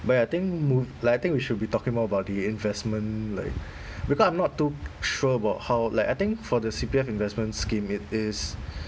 but ya I think mo~ like I think we should be talking more about the investment like because I'm not too sure about how like I think for the C_P_F investment scheme it is